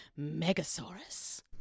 Megasaurus